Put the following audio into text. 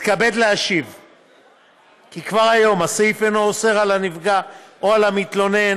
אתכבד להשיב כי כבר היום הסעיף אינו אוסר על הנפגע או על המתלונן